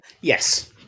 Yes